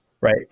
right